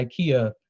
ikea